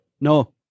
no